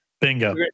Bingo